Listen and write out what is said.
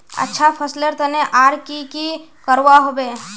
अच्छा फसलेर तने आर की की करवा होबे?